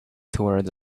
towards